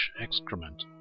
excrement